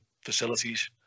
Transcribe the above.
facilities